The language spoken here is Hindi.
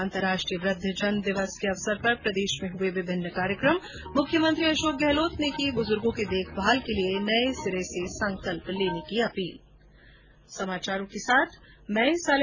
अंतर्राष्ट्रीय वृद्धजन दिवस के अवसर पर प्रदेश में हुए विभिन्न कार्यकम मुख्यमंत्री अशोक गहलोत ने बुजुर्गो की देखभाल के लिए नये सिरे से संकल्प लेने का किया आहवान